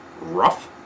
rough